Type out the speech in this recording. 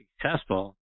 successful